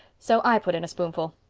so i put in a spoonful.